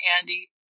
Andy